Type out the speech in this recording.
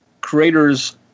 creator's